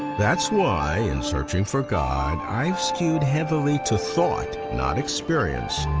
that's why, in searching for god, i've skewed heavily to thought, not experience,